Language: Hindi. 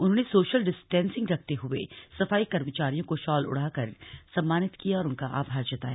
उन्होंने सोशल डिस्टेंसिंग रखते हुए सफाई कर्मचारियों को शॉल ओढ़ाकर सम्मानित किया और उनका आभार जताया